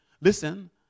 listen